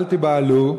אל תיבהלו,